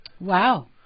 Wow